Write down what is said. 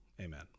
Amen